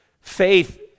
faith